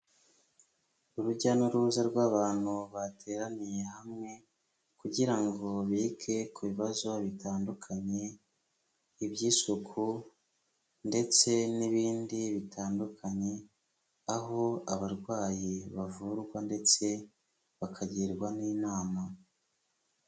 Urujya n'uruza rw'abantu bateraniye hamwe kugira ngo bige ku bibazo bitandukanye, iby'isuku ndetse n'ibindi bitandukanye, aho abarwayi bavurwa ndetse bakagirwa n'inama.